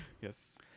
Yes